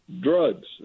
drugs